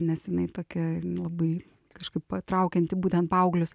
nes jinai tokia labai kažkaip patraukianti būtent paauglius